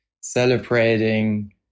celebrating